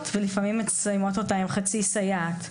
ולפעמים מסיימות אותו עם חצי סייעת.